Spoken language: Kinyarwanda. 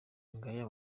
ngaya